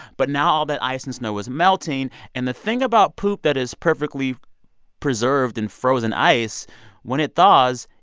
but now all that ice and snow is melting. and the thing about poop that is perfectly preserved in frozen ice when it thaws,